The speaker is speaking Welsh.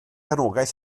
anogaeth